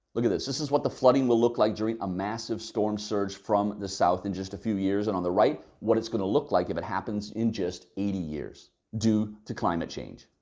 look at this. this is what the flooding will look like during a massive storm surge from the south in just a few years and, on the right, what it's going to look like if it happens in just eighty years due to climate change.